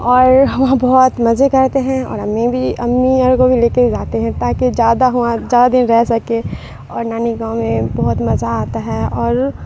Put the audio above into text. اور وہاں بہت مزے کرتے ہیں اور امی بھی امی اور کو بھی لے کے جاتے ہیں تاکہ زیادہ وہاں زیادہ دن رہ سکے اور نانی کے گاؤں میں بہت مزہ آتا ہے اور